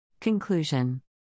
Conclusion